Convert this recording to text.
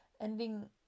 ending